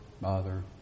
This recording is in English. mother